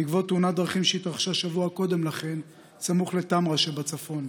בעקבות תאונת דרכים שהתרחשה שבוע קודם לכן סמוך לטמרה בצפון.